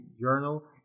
Journal